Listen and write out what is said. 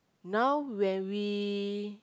now when we